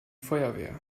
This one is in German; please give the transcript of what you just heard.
feuerwehr